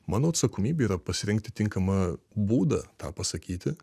mano atsakomybė yra pasirinkti tinkamą būdą tą pasakyti